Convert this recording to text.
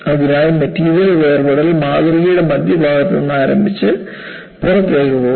അതിനാൽ മെറ്റീരിയൽ വേർപെടൽ മാതൃകയുടെ മധ്യഭാഗത്ത് നിന്ന് ആരംഭിച്ച് പുറത്തേക്ക് പോകുന്നു